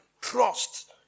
trust